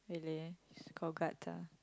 really it's call guts ah